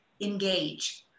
engage